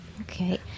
okay